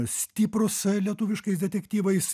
stiprūs lietuviškais detektyvais